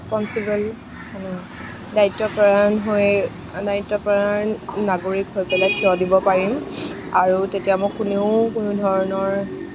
responsible মানে দায়িত্বপৰায়ণ হৈ দায়িত্বপৰায়ণ নাগৰিক হৈ পেলাই থিয় দিব পাৰিম আৰু তেতিয়া মোক কোনেও কোনো ধৰণৰ